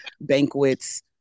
banquets